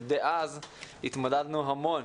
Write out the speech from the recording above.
שהתמודדנו המון